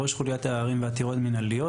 ראש חוליית עררים ועתירות מינהליות,